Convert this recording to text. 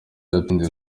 yatinze